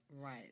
Right